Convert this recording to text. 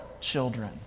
children